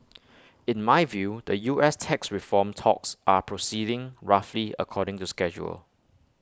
in my view the U S tax reform talks are proceeding roughly according to schedule